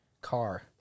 car